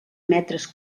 metres